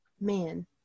man